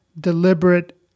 deliberate